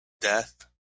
death